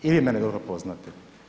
I vi mene dobro poznate.